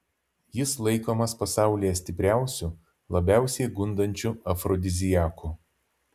jis laikomas pasaulyje stipriausiu labiausiai gundančiu afrodiziaku